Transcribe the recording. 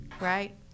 right